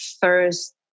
first